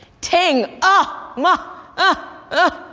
ting, ah! mah, ah, ah,